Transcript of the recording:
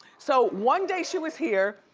so one day she was here,